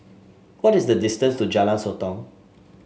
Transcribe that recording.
what is the distance to Jalan Sotong